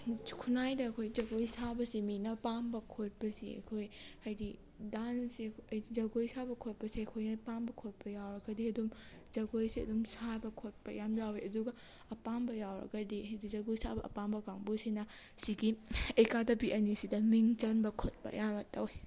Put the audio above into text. ꯈꯨꯟꯅꯥꯏꯗ ꯑꯩꯈꯣꯏ ꯖꯒꯣꯏ ꯁꯥꯕꯁꯤ ꯃꯤꯅ ꯄꯥꯝꯕ ꯈꯣꯠꯄꯁꯤ ꯑꯩꯈꯣꯏ ꯍꯥꯏꯗꯤ ꯗꯥꯟꯁꯁꯤ ꯍꯥꯏꯗꯤ ꯖꯒꯣꯏ ꯁꯥꯕ ꯈꯣꯠꯄꯁꯤ ꯑꯩꯈꯣꯏꯅ ꯄꯥꯝꯕ ꯈꯣꯠꯄ ꯌꯥꯎꯔꯒꯗꯤ ꯑꯗꯨꯝ ꯖꯒꯣꯏꯁꯦ ꯑꯗꯨꯝ ꯁꯥꯕ ꯈꯣꯠꯄ ꯌꯥꯝ ꯌꯥꯎꯋꯦ ꯑꯗꯨꯒ ꯑꯄꯥꯝꯕ ꯌꯥꯎꯔꯒꯗꯤ ꯍꯥꯏꯗꯤ ꯖꯒꯣꯏ ꯁꯥꯕ ꯑꯄꯥꯝꯕ ꯀꯥꯡꯕꯨꯁꯤꯅ ꯁꯤꯒꯤ ꯑꯦꯀꯥꯗꯃꯤ ꯑꯅꯤꯁꯤꯗ ꯃꯤꯡ ꯆꯟꯕ ꯈꯣꯠꯄ ꯑꯌꯥꯝꯕ ꯇꯧꯋꯤ